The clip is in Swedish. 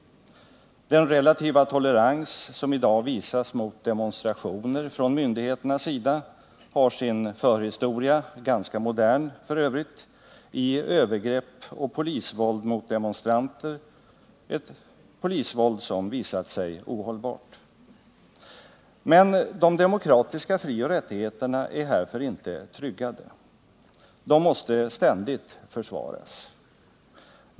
Den relativa tolerans som myndigheterna i dag visar mot demonstrationer har sin, f.ö. ganska moderna, förhistoria i övergrepp och polisvåld mot demonstranter, något som visat sig ohållbart. Men de demokratiska frioch rättigheterna är härför inte tryggade. De måste ständigt försvaras.